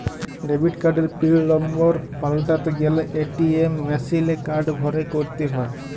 debit কার্ডের pin number পাল্টাতে গ্যালে এ.টি.এম মেশিলে কার্ড ভরে ক্যরতে হ্য়য়